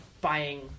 buying